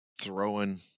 throwing